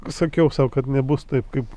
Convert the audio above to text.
sakiau sau kad nebus taip kaip